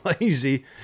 lazy